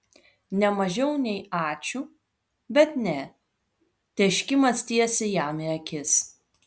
ne mažiau nei ačiū bet ne tėškimas tiesiai jam į akis